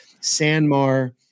Sanmar